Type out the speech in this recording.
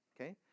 Okay